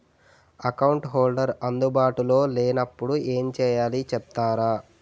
Account holder అందు బాటులో లే నప్పుడు ఎం చేయాలి చెప్తారా?